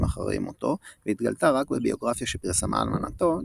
אחרי מותו והתגלתה רק בביוגרפיה שפרסמה אלמנתו,